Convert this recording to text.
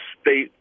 state